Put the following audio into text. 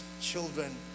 children